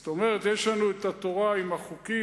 זאת אומרת: יש לנו את התורה עם החוקים